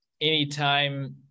anytime